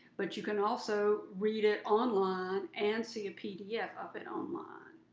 but you can also read it online and see a pdf of it online.